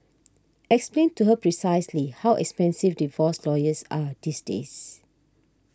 explain to her precisely how expensive divorce lawyers are these days